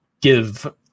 give